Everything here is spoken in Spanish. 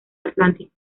atlántico